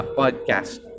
podcast